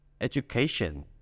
education